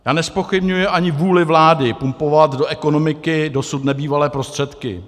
Já nezpochybňuji ani vůli vlády pumpovat do ekonomiky dosud nebývalé prostředky.